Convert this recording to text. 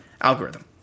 algorithm